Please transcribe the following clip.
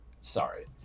sorry